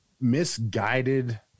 misguided